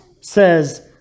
says